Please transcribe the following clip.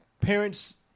parents